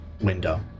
window